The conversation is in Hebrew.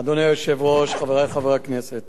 אדוני היושב-ראש, חברי חברי הכנסת,